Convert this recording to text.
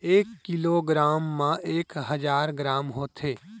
एक किलोग्राम मा एक हजार ग्राम होथे